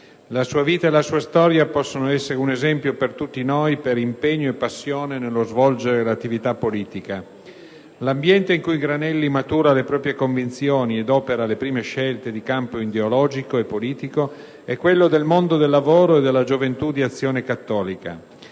La sua vita e la sua storia possono essere un esempio per tutti noi, per l'impegno e la passione posti nello svolgere l'attività politica. L'ambiente in cui Granelli matura le proprie convinzioni ed opera le prime scelte di campo ideologico e politico è quello del mondo del lavoro e della gioventù di Azione cattolica.